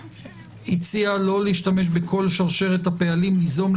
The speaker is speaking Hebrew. שהציעה לא להשתמש בכל שרשרת הפעלים: ליזום,